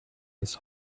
his